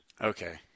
Okay